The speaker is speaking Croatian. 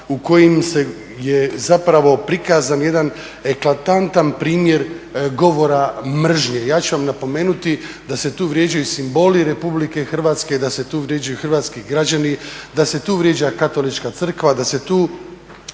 u kojima je zapravo prikazan jedan … primjer govora mržnje. Ja ću vam napomenuti da se tu vrijeđaju simboli RH, da se tu vrijeđaju hrvatski građani, da se tu vrijeđa katolička crkva, da se tu